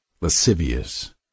lascivious